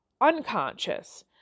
unconscious